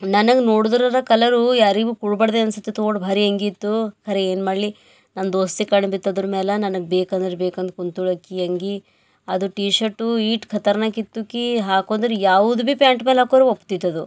ನನಗೆ ನೋಡಿದ್ರರ ಕಲರೂ ಯಾರಿಗೂ ಕೊಡಬಾರ್ದೆ ಅನ್ಸತಿತ್ತು ಓಡ್ ಭಾರಿ ಎಂಗಿತ್ತೂ ಖರೆ ಏನ್ಮಾಡಲಿ ನನ್ನ ದೋಸ್ತಿ ಕಣ್ಣು ಬಿತ್ತು ಅದ್ರ ಮ್ಯಾಲ ನನಗೆ ಬೇಕಂದ್ರ ಬೇಕಂದು ಕುಂತುಳಾಕಿ ಅಂಗಿ ಅದು ಟೀ ಶರ್ಟ್ ಈಟ್ ಖತಾರ್ನಕ್ಕಿತ್ತು ಕೀ ಹಾಕೊಂಡ್ರ್ ಯಾವುದು ಬಿ ಪ್ಯಾಂಟ್ ಮೇಲೆ ಹಾಕ್ರು ಒಪ್ತಿತ್ತು ಅದು